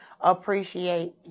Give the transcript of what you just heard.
appreciate